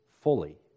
fully